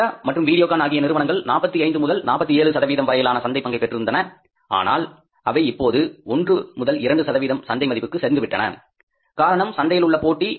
ஒனிடா மற்றும் விடியோகான் ஆகிய நிறுவனங்கள் 45 முதல் 47 சதவீதம் வரையான சந்தை மதிப்பை பெற்றிருந்தன அனால் அவை இப்போது ஓன்று முதல் இரண்டு சதவீதம் சந்தை மதிப்புக்கு சரிந்து விட்டன காரணம் சந்தையில் உள்ள போட்டி